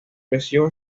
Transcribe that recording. creció